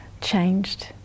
changed